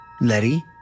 Letty